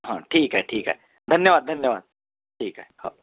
हां ठीक आहे ठीक आहे धन्यवाद धन्यवाद ठीक आहे हो